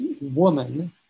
woman